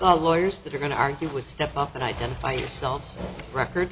of lawyers that are going to argue with step up and identify yourself record